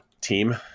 team